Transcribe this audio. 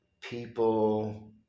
People